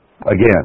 again